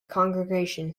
congregation